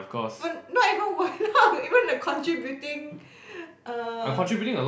for not even one even the contributing err